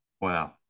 Wow